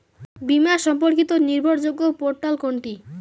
বীমা সম্পর্কিত নির্ভরযোগ্য পোর্টাল কোনটি?